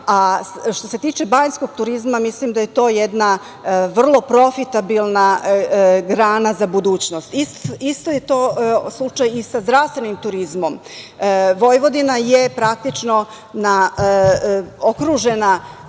Što se tiče banjskog turizma mislim da je to jedna vrlo profitabilna grana za budućnost. Isto je to slučaj i sa zdravstvenim turizmom. Vojvodina je praktično okružena